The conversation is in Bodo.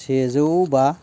सेजौ बा